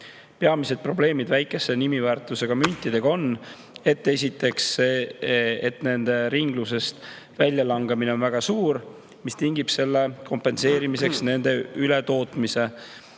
Peamised probleemid väikese nimiväärtusega müntidega on [järgmised]. Nende ringlusest väljalangemine on väga suur, mis tingib selle kompenseerimiseks nende ületootmise.